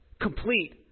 Complete